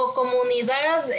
comunidad